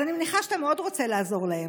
אז אני מניחה שאתה מאוד רוצה לעזור להם,